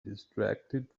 distracted